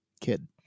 kid